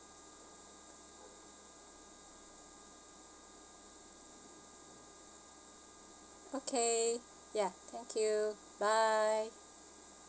okay ya thank you bye